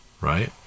right